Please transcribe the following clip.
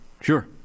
Sure